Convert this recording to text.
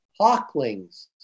hawklings